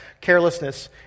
Carelessness